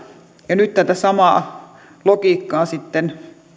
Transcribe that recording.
ja nyt ajatellaan että tätä samaa logiikkaa sitten